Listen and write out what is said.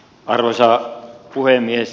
arvoisa puhemies